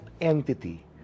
entity